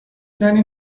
زنی